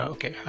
Okay